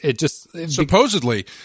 Supposedly